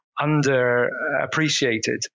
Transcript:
underappreciated